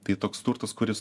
tai toks turtas kuris